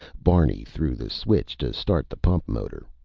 barney threw the switch to start the pump motor.